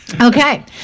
okay